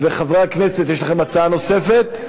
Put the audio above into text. וחברי הכנסת, יש לכם הצעה נוספת?